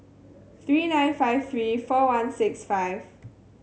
three nine five three four one six five